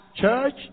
Church